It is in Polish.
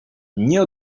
nie